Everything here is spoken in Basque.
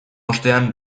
ostean